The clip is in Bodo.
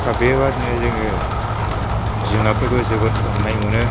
दा बेबादिनो जोङो जुनातफोरखौ जोबोद अननाय मोनो